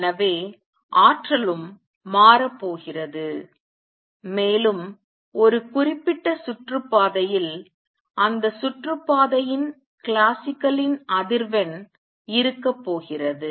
எனவே ஆற்றலும் மாறப்போகிறது மேலும் ஒரு குறிப்பிட்ட சுற்றுப்பாதையில் அந்த சுற்றுப்பாதையின் கிளாசிக்கலின் அதிர்வெண் இருக்கப் போகிறது